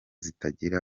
zitagira